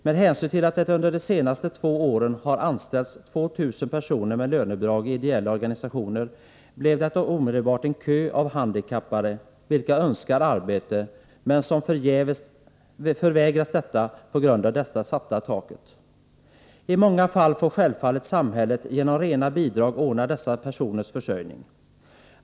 Med hänsyn till att det under de senaste två åren har anställts 2000 personer med lönebidrag i ideella organisationer blev det omedelbart en kö av handikappade vilka önskar arbete men som förvägras detta på grund av det satta taket. I många fall får självfallet samhället genom rena bidrag ordna dessa personers försörjning.